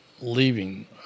leaving –